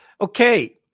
Okay